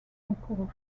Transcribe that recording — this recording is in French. concours